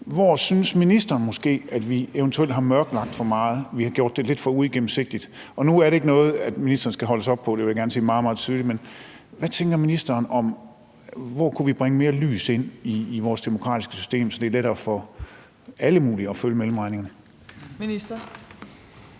hvor synes ministeren at vi måske har mørkelagt for meget, gjort det lidt for uigennemsigtigt? Nu er det ikke noget, ministeren skal holdes op på – det vil jeg gerne sige meget, meget tydeligt – men hvad tænker ministeren om, hvor vi kunne bringe mere lys ind i vores demokratiske system, så det er lettere for alle mulige at følge mellemregningerne? Kl.